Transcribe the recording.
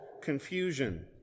confusion